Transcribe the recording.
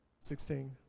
Sixteen